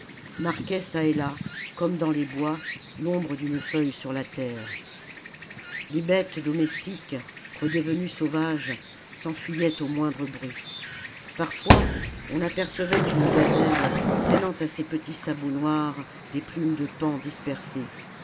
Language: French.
marquaient çà et là comme dans les bois l'ombre d'une feuille sur la terre les bêtes domestiques redevenues sauvages s'enfuyaient au moindre bruit parfois on apercevait une gazelle traînant à ses petits sabots noirs des plumes de paon dispersées